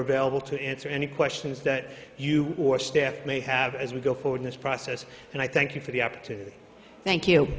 available to answer any questions that you or staff may have as we go forward in this process and i thank you for the opportunity thank